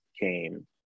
came